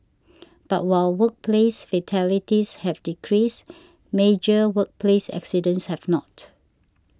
but while workplace fatalities have decreased major workplace accidents have not